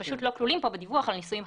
שפשוט לא כלולים פה בדיווח על ניסויים חדשים.